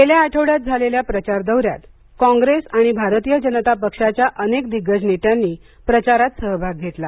गेल्या आठवड्यात झालेल्या प्रचार दौर्यात कॉंग्रेस आणि भारतीय जनतापक्षाच्या अनेक दिग्गज नेत्यांनी प्रचारात सहभाग घेतला